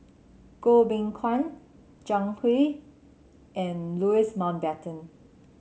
Goh Beng Kwan Zhang Hui and Louis Mountbatten